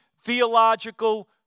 theological